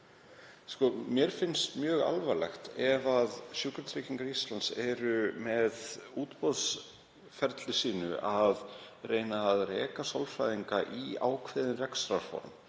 að mér finnst mjög alvarlegt ef Sjúkratryggingar Íslands eru með útboðsferli sínu að reyna að reka sálfræðinga í ákveðin rekstrarform.